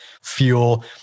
fuel